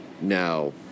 now